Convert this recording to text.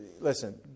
listen